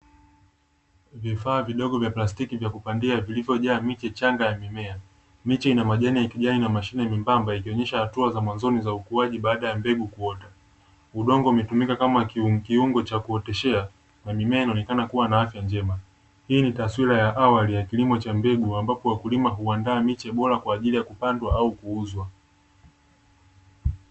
Vifaa vidogo vya plastiki vya kupandia vilivojaa miche michanga ya mimea, miche ina majani ya kijani na mashina membamba. Yakionesha hatua za mwanzoni za ukuaji baada ya mbegu kuota, udongo umetumika kama kiungo cha kuoteshea. Na mimea inaonekana kuwa na afya njema, hii ni taswira ya awali ya kilimo cha mbegu ambapo wakulima huandaa miche bora kwa ajili ya kupandwa au kuuzwa.